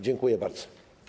Dziękuję bardzo.